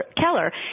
Keller